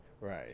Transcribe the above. right